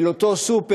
אל אותו סופר,